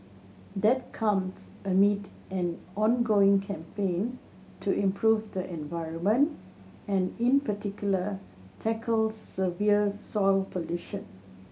that comes amid an ongoing campaign to improve the environment and in particular tackle severe soil pollution